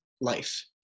life